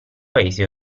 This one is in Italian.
paesi